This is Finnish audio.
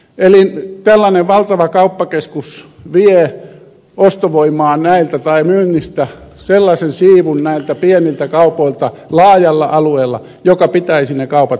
eli tällainen valtava kauppakeskus vie myynnistä sellaisen siivun näiltä pieniltä kaupoilta laajalla alueella joka pitäisi ne kaupat pystyssä